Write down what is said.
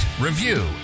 review